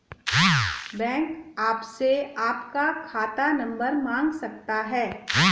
bank आपसे आपका खाता नंबर मांग सकता है